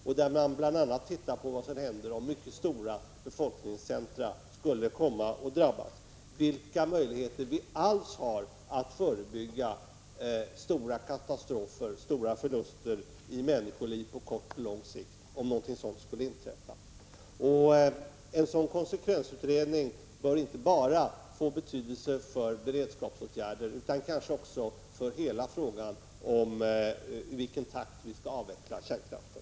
Där kunde man bl.a. se på vad som händer om mycket stora befolkningscentra skulle drabbas och vilka möjligheter vi har att förebygga stora katastrofer och stora förluster i människoliv på kort sikt och på lång sikt. En sådan konsekvensutredning torde inte få betydelse bara för beredskapsåtgärder utan kanske också för hela frågan om i vilken takt vi skall avveckla kärnkraften.